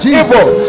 evil